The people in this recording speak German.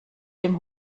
dem